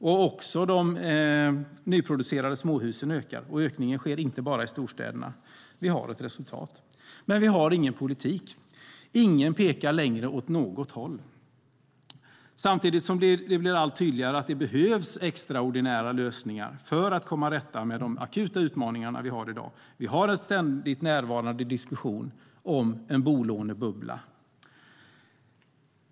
Även antalet nyproducerade småhus ökar, och ökningen sker inte bara i storstäderna. Vi har ett resultat! Vi har en ständigt närvarande diskussion om en bolånebubbla.